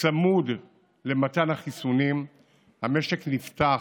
צמוד למתן החיסונים המשק נפתח,